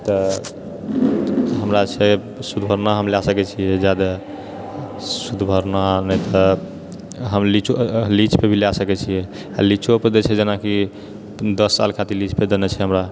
तऽ हमरा छै सुदि भरना हम लए सकैत छियै जादे सुदि भरना नहि तऽ हम लीच पे भी लए सकैत छियै आ लीचो पर दए छै जेनाकि दश साल खातिर लीज पर देने छै हमरा